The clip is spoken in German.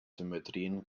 symmetrien